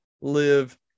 live